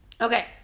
Okay